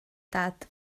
dad